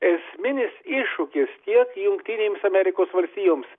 esminis iššūkis tiek jungtinėms amerikos valstijoms